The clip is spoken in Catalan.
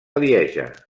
lieja